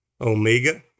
Omega